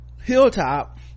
Hilltop